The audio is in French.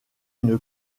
une